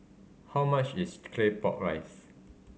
how much is Claypot Rice